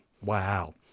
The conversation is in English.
Wow